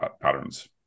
patterns